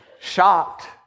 shocked